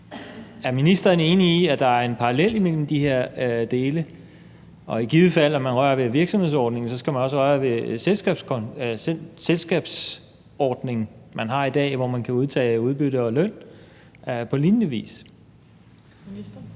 Er ministeren enig i, at der er en parallel mellem de her dele, og at man, i givet fald man rører ved virksomhedsordningen, også skal røre ved den selskabsordning, man har i dag, hvor der kan udtages udbytte og løn på lignende vis?